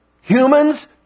Humans